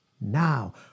Now